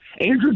Andrew